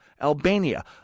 Albania